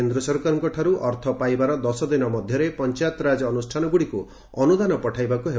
କେନ୍ଦ୍ର ସରକାରଙ୍କଠାରୁ ଅର୍ଥ ପାଇବାର ଦଶଦିନ ମଧ୍ଘରେ ପଞ୍ଚାୟତିରାଜ ଅନୁଷ୍ଠାନଗୁଡ଼ିକୁ ଅନୁଦାନ ପଠାଇବାକୁ ହେବ